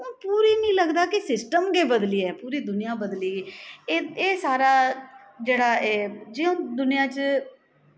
हून पूरी मिगी लगदा कि सिस्टम गै बदली आ पूरी दूनियां बदली गेई एह् एह् सारा जेह्ड़ा एह् जि'यां हून दूनियां च